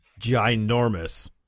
ginormous